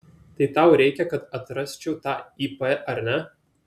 tai tau reikia kad atrasčiau tą ip ar ne